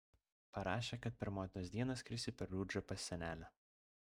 parašė kad per motinos dieną skris į perudžą pas senelę